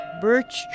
Birch